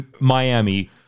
Miami